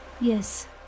Yes